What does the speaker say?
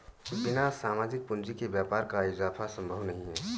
बिना सामाजिक पूंजी के व्यापार का इजाफा संभव नहीं है